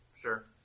sure